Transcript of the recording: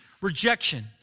rejection